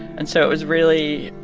and so it was really